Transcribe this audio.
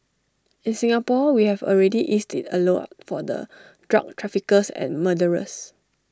in Singapore we have already eased IT A lot for the drug traffickers and murderers